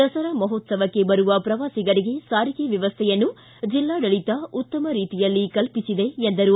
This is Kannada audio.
ದಸರಾ ಮಹೋತ್ಸವಕ್ಕೆ ಬರುವ ಪ್ರವಾಸಿಗರಿಗೆ ಸಾರಿಗೆ ವ್ಯವಸ್ಥೆಯನ್ನು ಜಿಲ್ಲಾಡಳಿತ ಉತ್ತಮ ರೀತಿಯಲ್ಲಿ ಕಲ್ಪಿಸಿದೆ ಎಂದರು